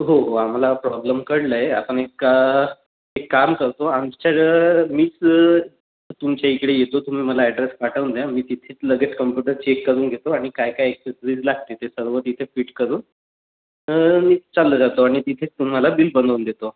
हो हो आम्हाला प्रॉब्लेम कळलं आहे आता नाही का एक काम करतो आमच्या ज्या मीच तुमच्या इकडे येतो तुम्ही मला ॲड्रेस पाठवून द्या मी तिथेच लगेच कम्प्युटर चेक करून घेतो आणि काय काय अक्सेसरीज लागतील ते सर्व तिथे फिट करून तर चालल्या जातो आणि तिथेच तुम्हाला बिल बनवून देतो